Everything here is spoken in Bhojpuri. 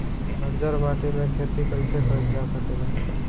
बंजर माटी में खेती कईसे कईल जा सकेला?